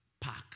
Park